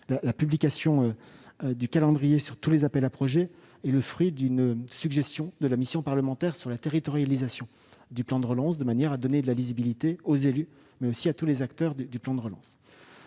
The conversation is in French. la publication du calendrier des appels à projets est le fruit d'une suggestion de la mission parlementaire sur la territorialisation du plan de relance, afin de donner de la lisibilité aux élus ainsi qu'aux acteurs du plan de relance.